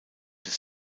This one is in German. des